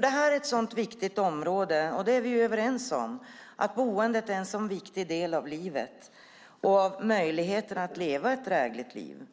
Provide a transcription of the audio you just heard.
Det här är ett sådant viktigt område, det är vi ju överens om. Boendet är en sådan viktig del av livet och för möjligheten att leva ett drägligt liv.